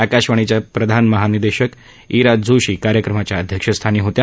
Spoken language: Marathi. आकाशवाणीच्या प्रधान महानिदेशक इरा जोशी कार्यक्रमाच्या अध्यक्षस्थानी होत्या